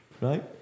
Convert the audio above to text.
right